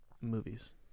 movies